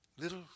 little